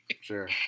sure